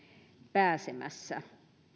pääsemässä